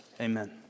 Amen